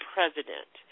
President